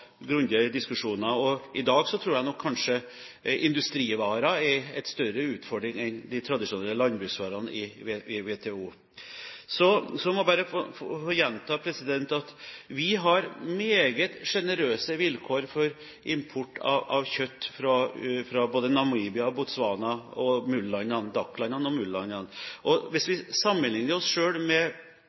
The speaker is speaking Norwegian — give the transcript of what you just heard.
grundige diskusjoner, og i dag tror jeg kanskje industrivarer er en større utfordring enn de tradisjonelle landbruksvarene i WTO. Så må jeg bare få gjenta at vi har meget sjenerøse vilkår for import av kjøtt fra både Namibia, Botswana, DAC-landene og MUL-landene. Og hvis vi sammenligner oss med